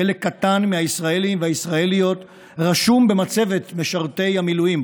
חלק קטן מהישראלים והישראליות רשום במצבת משרתי המילואים.